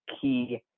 key